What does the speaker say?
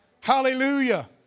Hallelujah